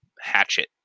hatchet